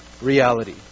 reality